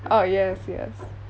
oh yes yes